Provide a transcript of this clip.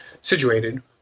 situated